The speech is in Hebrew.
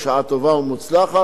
בשעה טובה ומוצלחת.